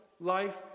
life